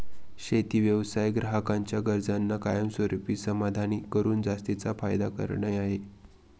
शेती व्यवसाय ग्राहकांच्या गरजांना कायमस्वरूपी समाधानी करून जास्तीचा फायदा करणे आहे